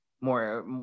more